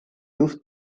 juht